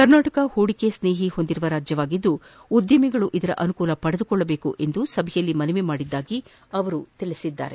ಕರ್ನಾಟಕ ಹೂಡಿಕೆ ಸ್ನೇಹಿ ಹೊಂದಿರುವ ರಾಜ್ಜವಾಗಿದ್ದು ಉದ್ದಮಿಗಳು ಇದರ ಅನುಕೂಲ ಪಡೆದುಕೊಳ್ಳಬೇಕು ಎಂದು ಸಭೆಯಲ್ಲಿ ಮನವಿ ಮಾಡಿದ್ದಾಗಿ ತಿಳಿಸಿದರು